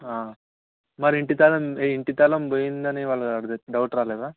మరి ఇంటి తాళం ఇంటి తాళం పోయిందని వాళ్ళ అని డౌట్ రాలేదా